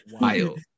wild